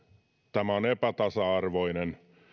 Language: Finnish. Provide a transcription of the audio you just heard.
tämä on epätasa arvoista